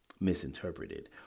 misinterpreted